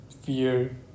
fear